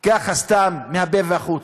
ככה סתם, מהפה אל החוץ,